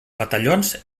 batallons